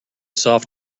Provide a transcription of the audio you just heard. soft